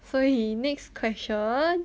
所以 next question